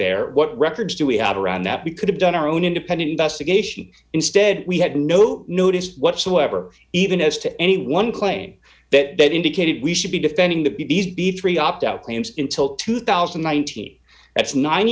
there or what records do we have around that we could have done our own independent investigation instead we had no notice whatsoever even as to any one claim that that indicated we should be defending the b b b three opt out claims until two thousand and ninety